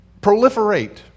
proliferate